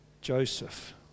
Joseph